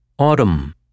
Autumn